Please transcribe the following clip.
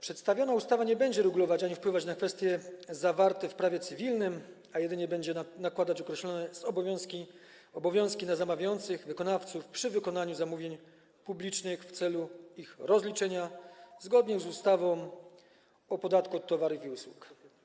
Przedstawiona ustawa nie będzie regulować kwestii ani wpływać na kwestie zawarte w prawie cywilnym, a jedynie będzie nakładać określone obowiązki na zamawiających, wykonawców przy wykonywaniu zamówień publicznych w celu ich rozliczenia zgodnie z ustawą o podatku od towarów i usług.